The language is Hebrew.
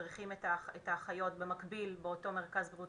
מדריכים את האחיות במקביל באותו מרכז לבריאות